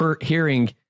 hearing